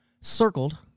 circled